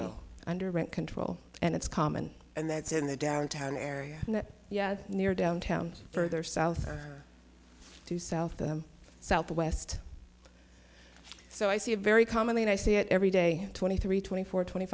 room under rent control and it's common and that's in the downtown area and yeah near downtown further south to south southwest so i see a very common and i see it every day twenty three twenty four twenty